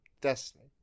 destiny